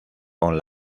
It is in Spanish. con